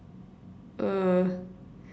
err